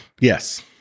yes